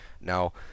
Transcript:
Now